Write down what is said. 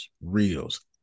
reels